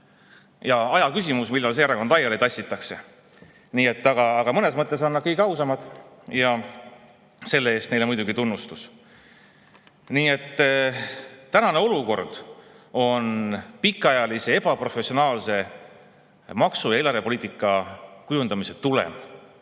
Aja küsimus, millal see erakond laiali tassitakse. Aga mõnes mõttes on nad kõige ausamad ja selle eest neile muidugi tunnustus. Tänane olukord on pikaajalise ebaprofessionaalse maksu‑ ja eelarvepoliitika kujundamise tulem,